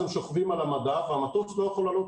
אז הם שוכבים על המדף והמטוס לא יכול להעלות